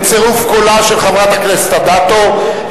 בצירוף קולה של חברת הכנסת אדטו,